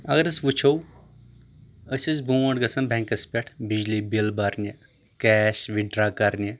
اگر أسۍ وٕچھو أسۍ ٲسۍ برونٛٹھ گژھان بینٛکَس پٮ۪ٹھ بِجلی بِل بَرنہِ کیش وِدڈرٛا کَرنہِ